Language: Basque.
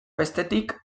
bestetik